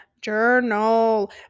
journal